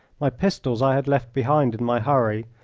my pistols i had left behind in my hurry.